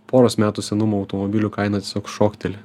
poros metų senumo automobilių kaina tiesiog šokteli